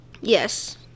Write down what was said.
yes